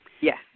Yes